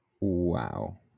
wow